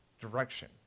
direction